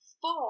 four